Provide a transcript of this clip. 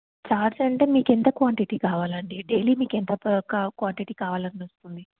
charts అంటే మీకు ఎంత క్వాంటిటీ కావాలండి డైలీ మీకు ఎంత ఒక క్వాంటిటీ కావాలని ఉంటుంది